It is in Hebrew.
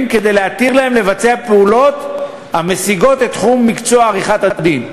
כדי להתיר להם לבצע פעולות המסיגות את תחום מקצוע עריכת-הדין,